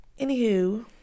Anywho